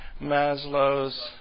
Maslow's